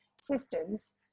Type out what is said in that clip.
systems